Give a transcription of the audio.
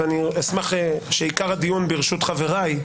ואני אשמח שעיקר הדיון ברשות חברי,